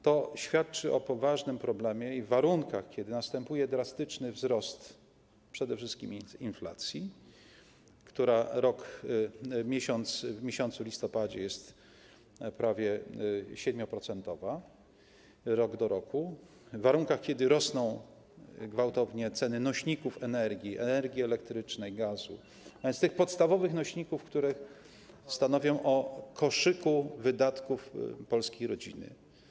To świadczy o poważnym problemie i pokazuje warunki, kiedy następuje drastyczny wzrost przede wszystkim inflacji, która w listopadzie jest prawie 7-procentowa rok do roku, w sytuacji kiedy rosną gwałtownie ceny nośników energii, energii elektrycznej, gazu, a więc tych podstawowych nośników, które stanowią o koszyku wydatków polskiej rodziny.